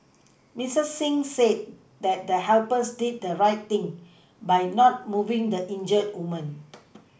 Miss Singh said that the helpers did the right thing by not moving the injured woman